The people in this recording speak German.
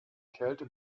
kälte